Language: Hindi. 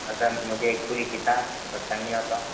अगर मुझे एक पूरी किताब हो तो